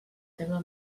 tema